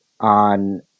on